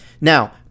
now